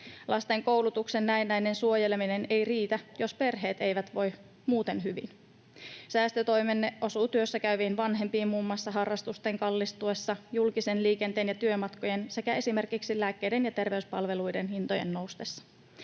Lasten koulutuksen näennäinen suojeleminen ei riitä, jos perheet eivät voi muuten hyvin. Säästötoimenne osuu työssäkäyviin vanhempiin muun muassa harrastusten kallistuessa, julkisen liikenteen ja työmatkojen sekä esimerkiksi lääkkeiden ja terveyspalveluiden hintojen noustessa.